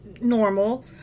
normal